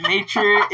Nature